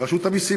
ורשות המסים